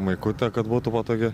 maikutę kad būtų patogi